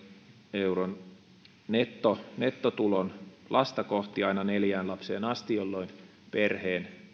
euron nettotulon lasta kohti aina neljään lapseen asti jolloin perheen